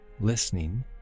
listening